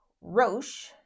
Roche